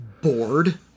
bored